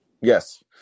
Yes